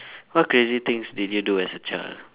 what crazy things did you do as a child